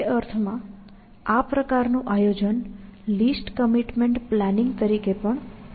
તે અર્થમાં આ પ્રકારનું આયોજન લીસ્ટ કમીટમેન્ટ પ્લાનિંગ તરીકે પણ ઓળખાય છે